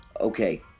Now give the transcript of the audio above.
Okay